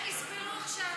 הם יסבלו עכשיו.